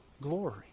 glory